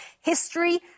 History